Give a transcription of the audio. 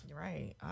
Right